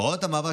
הוראת המעבר,